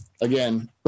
again